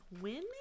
win